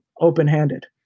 open-handed